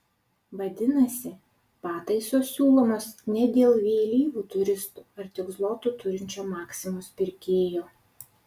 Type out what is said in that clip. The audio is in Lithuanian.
vadinasi pataisos siūlomos ne dėl vėlyvų turistų ar tik zlotų turinčio maksimos pirkėjo